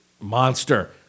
Monster